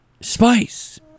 spice